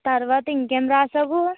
తర్వాత ఇంకేం రాశావు